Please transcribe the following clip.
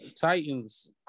Titans